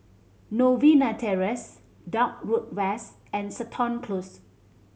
Novena Terrace Dock Road West and Seton Close